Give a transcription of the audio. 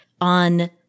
on